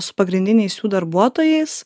su pagrindiniais jų darbuotojais